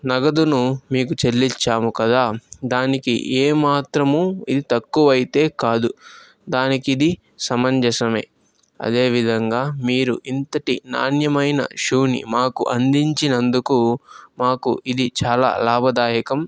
నగదును మీకు చెల్లిచ్చాము కదా దానికి ఏమాత్రము ఇది తక్కువ అయితే కాదు దానికి ఇది సమంజసమే అదేవిధంగా మీరు ఇంతటి నాణ్యమైన షూని మాకు అందించినందుకు మాకు ఇది చాలా లావదాయకం